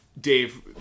Dave